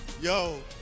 Yo